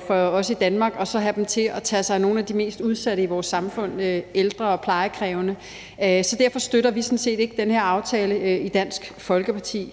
for os i Danmark, og så have dem til at tage sig af nogle af de mest udsatte i vores samfund, ældre og plejekrævende. Derfor støtter vi sådan set ikke den her aftale i Dansk Folkeparti